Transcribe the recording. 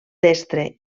destre